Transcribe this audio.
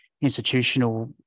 institutional